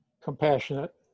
compassionate